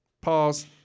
Pause